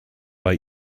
bei